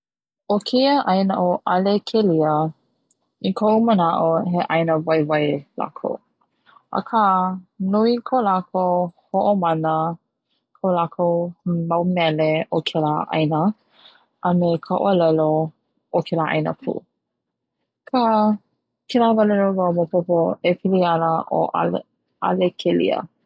'O keia 'aina o 'Alekelia i ko'u mana'o he 'aina waiwai lakou aka nui ko lakou ho'omana, ko lakou mau mele o kela 'aina a me ka 'olelo o kela 'aina pu, aka kela wale no wau maopopo e pili ana 'ale 'alekelia.